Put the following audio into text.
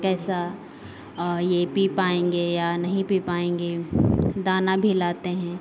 कैसा ये पी पाएँगे या नहीं पी पाएँगे दाना भी लाते हैं